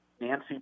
Nancy